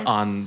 on